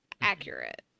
accurate